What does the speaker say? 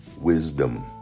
Wisdom